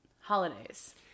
holidays